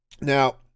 Now